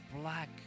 black